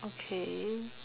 okay